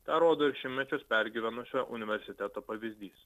tą rodo ir šimtmečius pergyvenusio universiteto pavyzdys